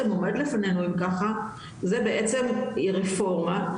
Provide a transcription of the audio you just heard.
עומד לפנינו אם ככה זה בעצם היא רפורמה,